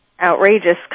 outrageous